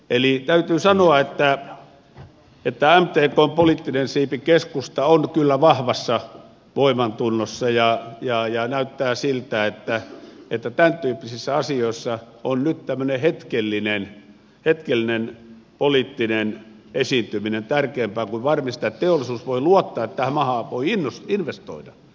eli täytyy sanoa että mtkn poliittinen siipi keskusta on kyllä vahvassa voimantunnossa ja näyttää siltä että tämäntyyppisissä asioissa on nyt tämmöinen hetkellinen poliittinen esiintyminen tärkeämpää kuin varmistaa että teollisuus voi luottaa että tähän maahan voi investoida